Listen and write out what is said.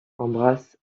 embrasse